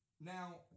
now